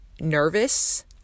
nervous